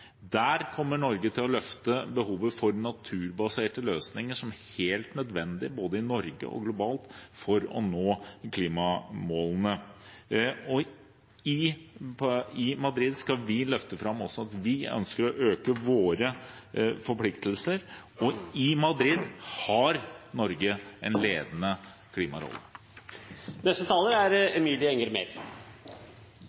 Der kommer Norge til å løfte fram behovet for naturbaserte løsninger, som er helt nødvendige både i Norge og globalt for å nå klimamålene. I Madrid skal vi også løfte fram at vi ønsker å øke våre forpliktelser, og i Madrid har Norge en ledende klimarolle. Beitenæringen er